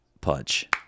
punch